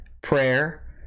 prayer